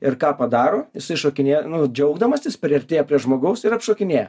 ir ką padaro jisai šokinėja nu džiaugdamasis priartėja prie žmogaus ir apšokinėja